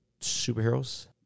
Superheroes